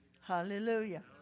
Hallelujah